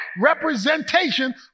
representation